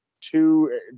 two